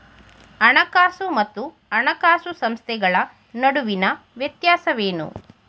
ಹಣಕಾಸು ಮತ್ತು ಹಣಕಾಸು ಸಂಸ್ಥೆಗಳ ನಡುವಿನ ವ್ಯತ್ಯಾಸವೇನು?